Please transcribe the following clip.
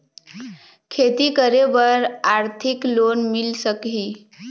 खेती करे बर आरथिक लोन मिल सकही?